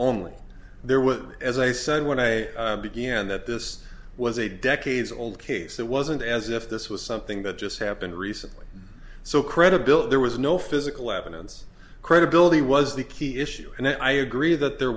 only there with as i said when i began that this was a decades old case it wasn't as if this was something that just happened recently so credibility there was no physical evidence credibility was the key issue and i agree that there